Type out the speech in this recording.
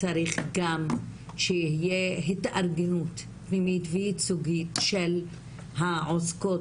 צריך גם שתהיה התארגנות פנימית וייצוגית של העוסקות